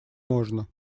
можно